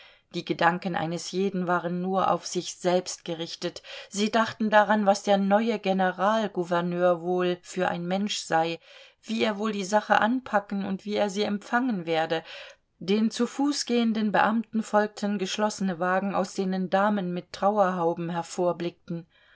die gedanken eines jeden waren nur auf sich selbst gerichtet sie dachten daran was der neue generalgouverneur wohl für ein mensch sei wie er wohl die sache anpacken und wie er sie empfangen werde den zu fuß gehenden beamten folgten geschlossene wagen aus denen damen mit